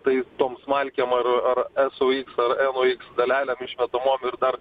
tai tom smalkėm ar ar esoiks ar eloiks dalelėm išmetamom ir dar